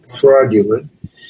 fraudulent